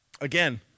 Again